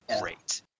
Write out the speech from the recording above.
great